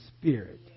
Spirit